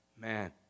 man